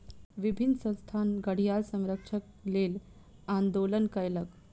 विभिन्न संस्थान घड़ियाल संरक्षणक लेल आंदोलन कयलक